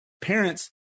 parents